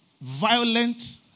violent